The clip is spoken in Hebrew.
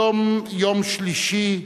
היום יום שלישי,